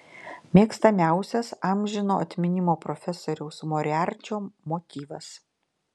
mėgstamiausias amžino atminimo profesoriaus moriarčio motyvas